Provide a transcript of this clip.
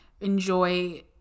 enjoy